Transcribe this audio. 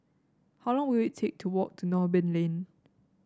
how long will it take to walk to Noordin Lane